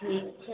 ठीक छै